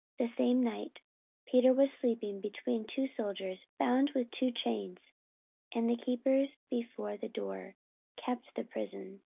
the same night peter was sleeping between two soldiers, bound with two chains and the keepers before the door kept the prison.